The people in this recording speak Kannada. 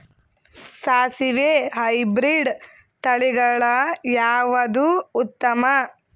ಸಾಸಿವಿ ಹೈಬ್ರಿಡ್ ತಳಿಗಳ ಯಾವದು ಉತ್ತಮ?